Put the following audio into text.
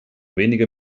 wenige